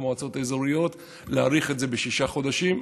במועצות האזוריות, להאריך את זה בשישה חודשים.